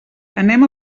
anem